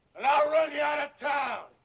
and i'll run you out of town.